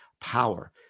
power